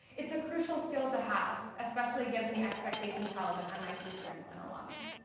it's a crucial skill to have, especially given the expectations held of mit students and alums.